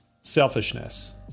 selfishness